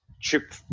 Chip